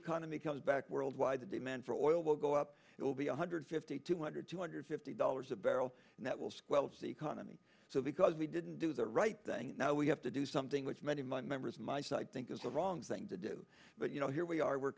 economy comes back worldwide the demand for oil will go up it will be one hundred fifty two hundred two hundred fifty dollars a barrel and that will squelch the economy so because we didn't do the right thing and now we have to do something which many of my members my psych think is the wrong thing to do but you know here we are we're